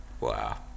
Wow